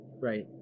right